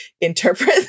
interpret